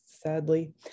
sadly